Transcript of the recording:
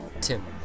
Tim